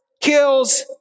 kills